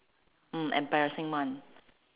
mm embarrassing one